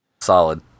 Solid